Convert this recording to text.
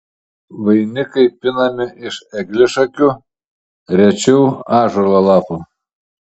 vainikai pinami iš eglišakių rečiau ąžuolo lapų